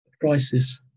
crisis